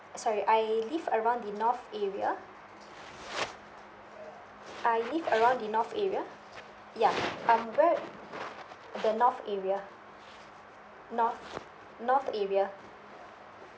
uh sorry I live around the north area I live around the north area ya um where the north area north north area